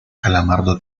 calamardo